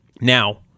Now